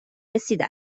رسیده